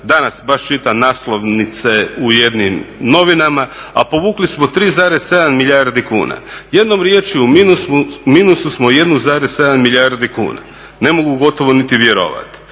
Danas baš čitam naslovnice u jednim novinama, a povukli smo 3,7 milijardi kuna. Jednom riječju u minusu smo 1,7 milijardi kuna. Ne mogu gotovo niti vjerovati.